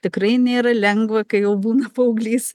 tikrai nėra lengva kai jau būna paauglys